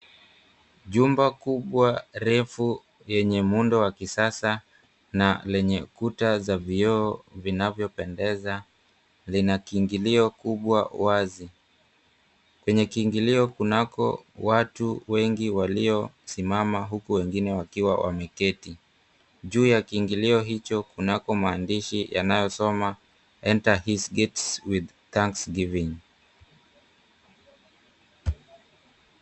Jumba kubwa refu yenye muundo wa kisasa na lenye kuta za vioo vinavyopendeza lina kiingilio kubwa wazi. Penye kiingilio kunako watu wengi waliosimama huku wengine wakiwa wameketi. Juu ya kiingilio hicho kunako maandishi yanayosoma, "ENTER HIS GATES WITH THANKSGIVING".